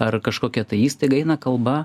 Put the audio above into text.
ar kažkokia ta įstaiga eina kalba